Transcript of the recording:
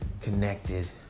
connected